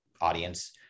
audience